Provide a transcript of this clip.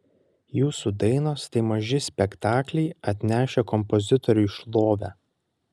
jūsų dainos tai maži spektakliai atnešę kompozitoriui šlovę